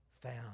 found